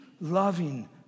loving